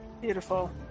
beautiful